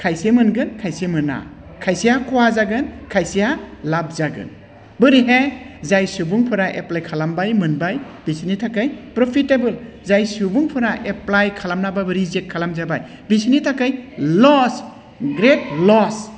खायसे मोनगोन खायसे मोना खायसेआ खहा जागोन खायसेआ लाब जागोन बोरैहाय जाय सुबुंफोरा एप्लाइ खालामबाय मोनबाय बिसिनि थाखाय प्रफिटेबोल जाय सुबुंफोरा एप्लाइ खालामनाबाबो रिजेक्ट खालामजाबाय बिसिनि थाखाय लस ग्रेट लस